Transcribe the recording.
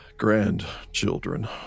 grandchildren